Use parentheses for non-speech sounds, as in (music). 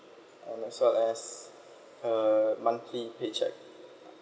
and as well as uh monthly paycheck (noise)